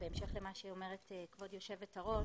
בהמשך למה שאומרת כבוד יושבת-הראש,